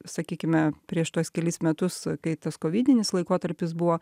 sakykime prieš tuos kelis metus kai tas kovidinis laikotarpis buvo